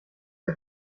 der